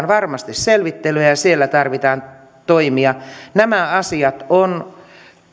varmasti selvittelyä ja ja siellä tarvitaan toimia nämä asiat on